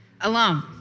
alone